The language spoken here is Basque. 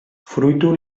fruitu